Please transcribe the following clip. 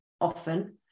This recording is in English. often